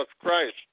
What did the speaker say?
Christ